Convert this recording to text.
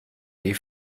die